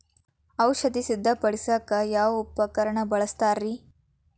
ಔಷಧಿ ಸಿಂಪಡಿಸಕ ಯಾವ ಉಪಕರಣ ಬಳಸುತ್ತಾರಿ?